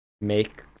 make